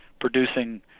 producing